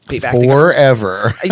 Forever